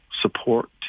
support